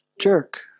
jerk